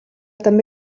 també